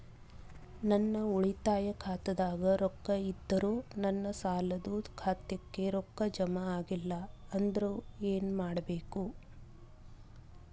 ನನ್ನ ಉಳಿತಾಯ ಖಾತಾದಾಗ ರೊಕ್ಕ ಇದ್ದರೂ ನನ್ನ ಸಾಲದು ಖಾತೆಕ್ಕ ರೊಕ್ಕ ಜಮ ಆಗ್ಲಿಲ್ಲ ಅಂದ್ರ ಏನು ಮಾಡಬೇಕು?